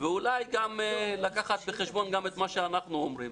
ואולי גם לקחת בחשבון את מה שאנחנו אומרים.